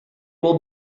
will